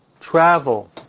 travel